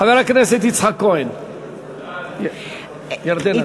חבר הכנסת יצחק כהן, ירדנה.